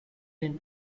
den